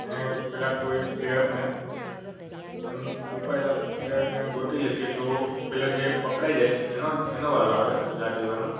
ને પેલા કોઈ પ્લેયરને એમ છુપાયેલા પ્લેયરને એમ ગોતી લેશે તો પેલો જે પકડાઈ જાય એનો એનો વારો આવે દા દેવાનો